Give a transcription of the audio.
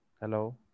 hello